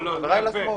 חבריי לשמאל.